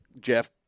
Jeff